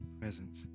presence